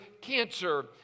cancer